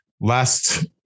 last